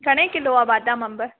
घणे किलो आहे बादाम अंब